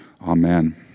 Amen